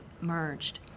merged